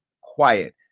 quiet